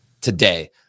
today